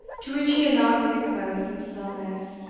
to which he had not been exposed since his illness,